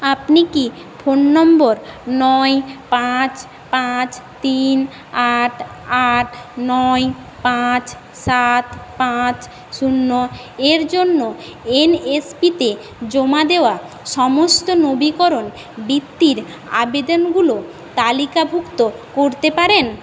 আপনি কি ফোন নম্বর নয় পাঁচ পাঁচ তিন আট আট নয় পাঁচ সাত পাঁচ শূন্য এর জন্য এন এস পিতে জমা দেওয়া সমস্ত নবীকরণ বৃত্তির আবেদনগুলো তালিকাভুক্ত করতে পারেন